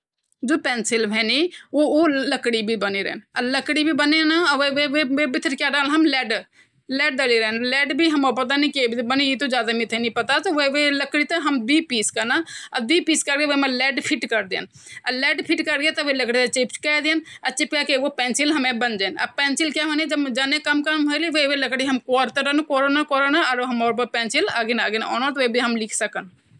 प्रयोगशाला मा उगाए जाण वालू मांस तकनीकी रूप से शाकाहार नी मानए जे सकदू क्योंकि ये बणोंण का वास्ता असली जानवरो की कोशिकाओ कु इस्तेमाल होन्दु फिर भी ये ते कई सारा शाकाहारी लोग बड़ा छाव सी ख़ादिन।